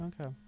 Okay